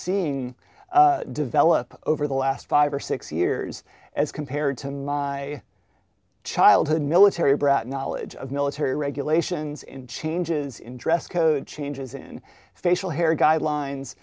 seeing develop over the last five or six years as compared to my childhood military brat knowledge of military regulations in changes in dress code changes in facial hair guidelines